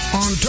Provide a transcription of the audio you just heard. on